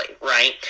right